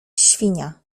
świnia